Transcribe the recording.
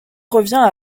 revient